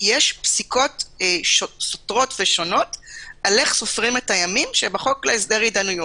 יש פסיקות שונות וסותרות על איך סופרים את הימים בחוק להסדר הידיינויות,